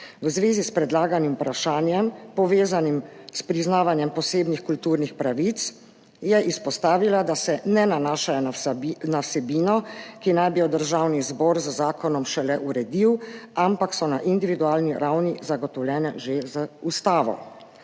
V zvezi s predlaganim vprašanjem, povezanim s priznavanjem posebnih kulturnih pravic, je izpostavila, da se ne nanašajo na vsebino, ki naj bi jo Državni zbor z zakonom šele uredil, ampak so na individualni ravni zagotovljena že z ustavo.